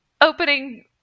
opening